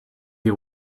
you